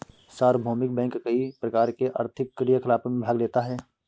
सार्वभौमिक बैंक कई प्रकार के आर्थिक क्रियाकलापों में भाग लेता है